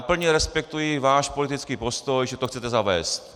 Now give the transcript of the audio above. Plně respektuji váš politický postoj, že to chcete zavést.